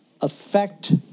affect